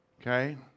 okay